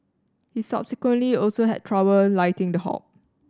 he subsequently also had trouble lighting the hob